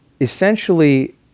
essentially